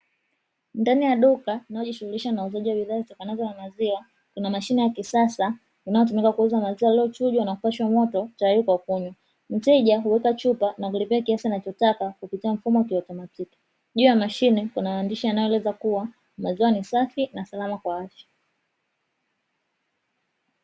Ndani ya duka linalojihusisha na uuzaji wa bidhaa zitokanazo na maziwa kuna mashine ya kisasa inayotumika kuuza maziwa yaliyochujwa na kupashwa moto tayari kwa kunywa, mteja huweka chupa na kulipia kiasi anachotaka kupitia mfumo wa kiautomatiki, juu ya mashine kuna maandishi yanayoeleza kuwa maziwa ni safi na salama kwa afya.